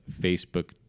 Facebook